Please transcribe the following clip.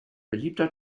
beliebter